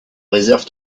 réserve